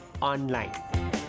online